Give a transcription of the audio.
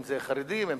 אם חרדים,